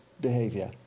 behavior